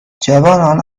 جوانان